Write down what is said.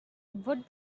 would